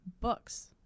books